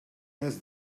has